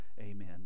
Amen